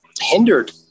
hindered